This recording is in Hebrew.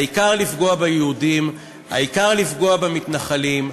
העיקר לפגוע ביהודים, העיקר לפגוע במתנחלים,